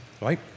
Right